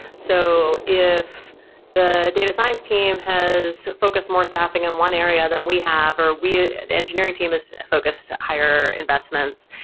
so if the data science team has focused more staffing in one area than we have, or ah the engineering team is focused higher investments,